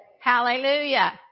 Hallelujah